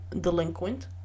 delinquent